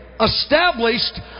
established